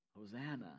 Hosanna